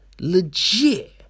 legit